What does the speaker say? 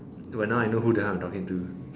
but now I know who the hell I'm talking to